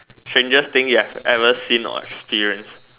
strangest thing you have ever seen or experience